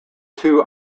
two